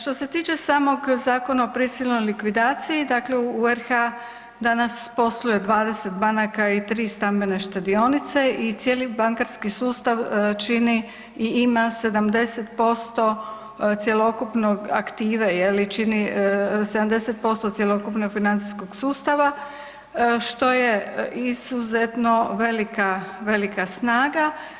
Što se tiče samog Zakona o prisilnoj likvidaciji dakle u RH danas posluje 20 banaka i 3 stambene štedionice i cijeli bankarski sustav čini i ima 70% cjelokupnog aktive je li čini 70% cjelokupnog financijskog sustava što je izuzetno velika, velika snaga.